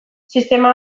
sistema